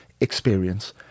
experience